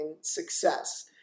success